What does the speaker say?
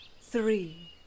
three